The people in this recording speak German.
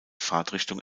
fahrtrichtung